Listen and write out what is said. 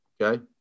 Okay